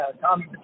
Tommy